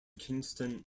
kingston